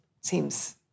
seems